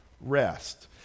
rest